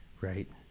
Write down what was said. right